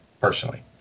Personally